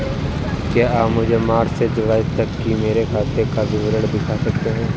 क्या आप मुझे मार्च से जूलाई तक की मेरे खाता का विवरण दिखा सकते हैं?